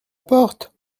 porte